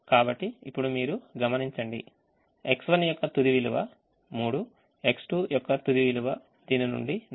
కాబట్టి ఇప్పుడు మీరు గమనించండి X1 యొక్క తుది విలువ 3 X2 యొక్క తుది విలువ దీని నుండి 4